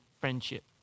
friendship